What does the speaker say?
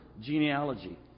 genealogy